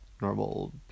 normal